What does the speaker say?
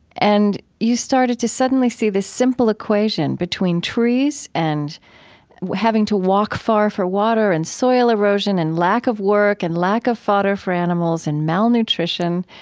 and you started to suddenly see this simple equation between trees and having to walk far for water and soil erosion and lack of work and lack of fodder for animals and malnutrition,